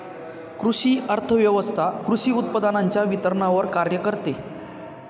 कृषी अर्थव्यवस्वथा कृषी उत्पादनांच्या वितरणावर कार्य करते